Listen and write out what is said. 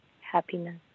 happiness